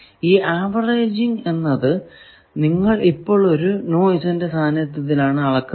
ഈ ആവറേജിങ് എന്നത് നിങ്ങൾ ഇപ്പോൾ ഒരു നോയിസിന്റെ സാനിധ്യത്തിൽ ആണ് അളക്കുന്നത്